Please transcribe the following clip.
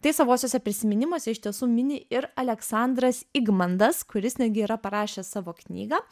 tai savuosiuose prisiminimuose iš tiesų mini ir aleksandras igmandas kuris netgi yra parašęs savo knygą